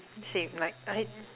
same like I